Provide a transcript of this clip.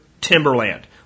timberland